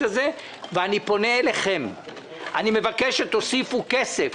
הזה ואני פונה לאגף התקציבים ומבקש שתוסיפו כסף.